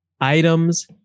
Items